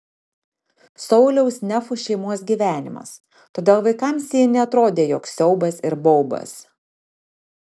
sauliaus nefų šeimos gyvenimas todėl vaikams ji neatrodė joks siaubas ir baubas